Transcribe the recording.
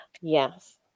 yes